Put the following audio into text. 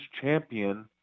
champion